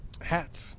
Hats